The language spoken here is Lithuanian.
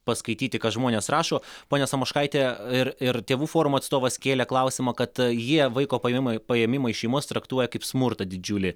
paskaityti ką žmonės rašo ponia samoškaite ir ir tėvų forumo atstovas kėlė klausimą kada jie vaiko paėmimui paėmimą iš šeimos traktuoja kaip smurtą didžiulį